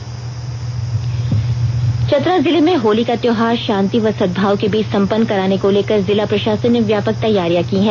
special story Chatra Chatra जिले में होली का त्योंहार शांति व सद्भाव के बीच संपन्न कराने को लेकर जिला प्रशासन ने व्यापक तैयारियां की है